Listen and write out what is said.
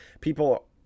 people